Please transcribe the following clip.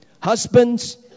Husbands